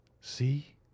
see